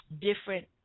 different